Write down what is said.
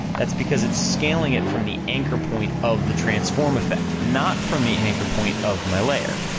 that's because it's scaling it from the anchor point of the transform effect, not from the anchor point of my layer.